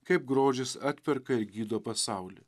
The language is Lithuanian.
kaip grožis atperka ir gydo pasaulį